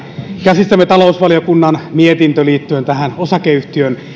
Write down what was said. käsissämme talousvaliokunnan mietintö liittyen osakeyhtiön